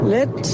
Let